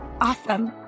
Awesome